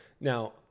Now